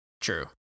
True